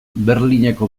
berlineko